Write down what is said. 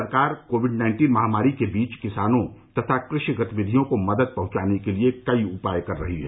सरकार covid nineteen महामारी के बीच किसानों तथा कृषि गतिविधियों को मदद पहुंचाने के लिए कई उपाय कर रही है